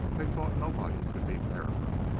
they thought nobody could beat larrimer.